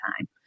time